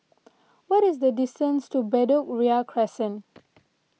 what is the distance to Bedok Ria Crescent